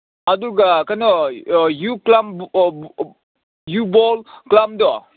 ꯑꯗꯨꯒ ꯀꯩꯅꯣ ꯌꯨꯀ꯭ꯂꯥꯝ ꯌꯨ ꯕꯣꯜꯠ ꯀ꯭ꯂꯥꯝꯗꯣ